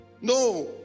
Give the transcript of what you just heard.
No